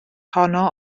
honno